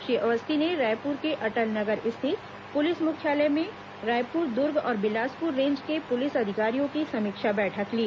श्री अवस्थी ने रायपुर के अटल नगर स्थित पुलिस मुख्यालय में रायपुर दुर्ग और बिलासपुर रेंज के पुलिस अधिकारियों की समीक्षा बैठक ली